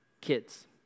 kids